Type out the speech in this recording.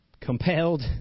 compelled